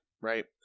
right